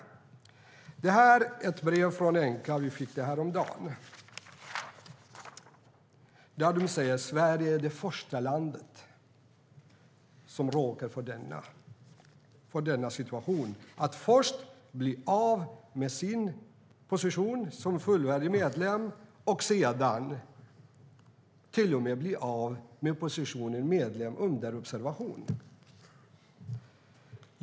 Vi fick häromdagen ett brev från Enqa där de skriver att Sverige är det första land som råkar ut för att först bli av med sin position som fullvärdig medlem och sedan till och med bli av med positionen som medlem under observation.